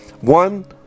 One